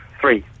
three